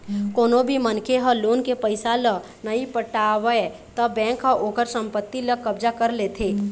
कोनो भी मनखे ह लोन के पइसा ल नइ पटावय त बेंक ह ओखर संपत्ति ल कब्जा कर लेथे